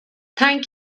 thank